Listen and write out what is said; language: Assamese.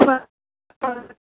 হয় হয়